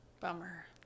Bummer